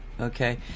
Okay